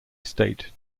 state